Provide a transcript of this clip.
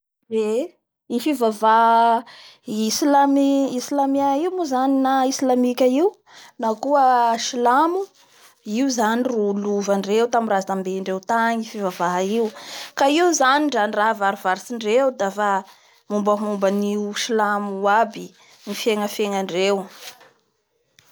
Eee i fivavavaha Islamy--islamien io moa zany na lamika io na koa silamo io zany ro lovandreo tamin'ny razambe ndreo tagny io fivavaha io ka io zany ndra ny raha avarotry ndreo dafa mombamomban'io siamo io aby ny fiegnafiegnandreo.